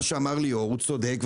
הוא צודק,